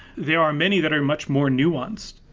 there are many that are much more nuanced.